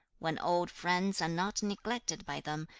when old friends are not neglected by them,